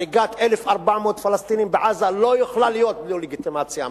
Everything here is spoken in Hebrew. הריגת 1,400 פלסטינים בעזה לא יכולה להיות בלי לגיטימציה אמריקנית,